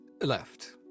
left